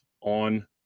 on